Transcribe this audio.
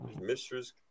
mistress